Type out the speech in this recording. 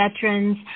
veterans